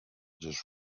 just